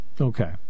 Okay